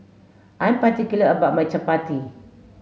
I'm particular about my Chappati